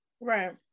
right